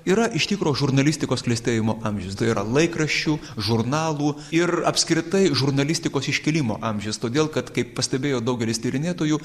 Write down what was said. yra iš tikro žurnalistikos klestėjimo amžius tai yra laikraščių žurnalų ir apskritai žurnalistikos iškilimo amžius todėl kad kaip pastebėjo daugelis tyrinėtojų